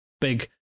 big